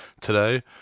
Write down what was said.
Today